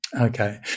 Okay